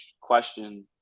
question